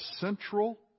central